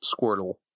Squirtle